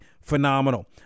phenomenal